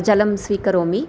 जलं स्वीकरोमि